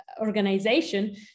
organization